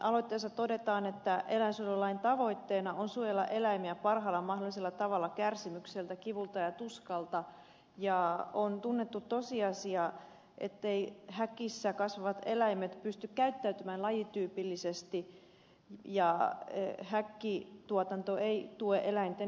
aloitteessa todetaan että eläinsuojelulain tavoitteena on suojella eläimiä parhaalla mahdollisella tavalla kärsimykseltä kivulta ja tuskalta ja on tunnettu tosiasia etteivät häkissä kasvavat eläimet pysty käyttäytymään lajityypillisesti ja häkkituotanto ei tue eläinten hyvinvointia